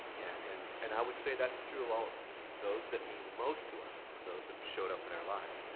and and i would say that's true of all of us. those that mean the most to us are those that have showed up in our lives.